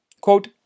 Quote